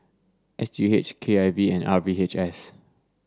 S G H K I V and R V H S